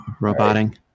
roboting